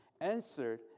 answered